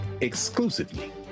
exclusively